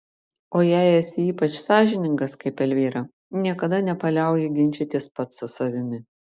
o jei esi ypač sąžiningas kaip elvyra niekada nepaliauji ginčytis pats su savimi